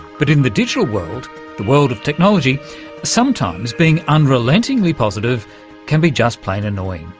but in the digital world the world of technology sometimes being unrelentingly positive can be just plain annoying.